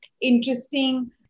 interesting